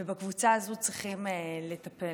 ובקבוצה הזו צריכים לטפל.